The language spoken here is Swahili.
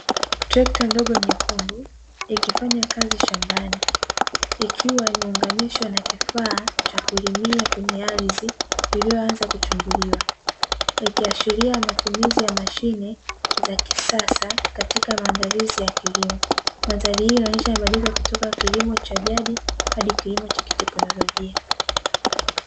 Trekta ndogo nyekundu ikifanya kazi shambani, ikiwa imeunganishwa na kifaa cha kulimia kwenye ardhi iliyoanza kuchimbuliwa. Ikiashiria matumizi ya mashine za kisasa katika maandalizi ya kilimo. Mandhari hii inaonyesha mabadiliko kutoka kilimo cha jadi hadi kilimo cha kiteknolojia.